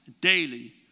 daily